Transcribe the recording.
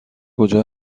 کجا